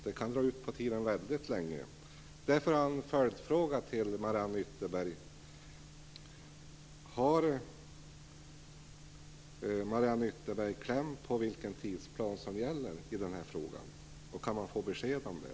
Det kan dra ut på tiden väldigt länge. Därför har jag en följdfråga till Mariann Ytterberg. Har Mariann Ytterberg kläm på vilken tidsplan som gäller i den här frågan, och kan man få besked om det?